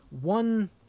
one